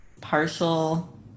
partial